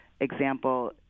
example